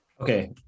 Okay